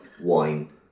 wine